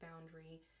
boundary